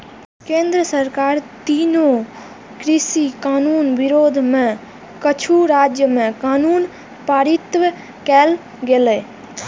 केंद्र सरकारक तीनू कृषि कानून विरोध मे किछु राज्य मे कानून पारित कैल गेलै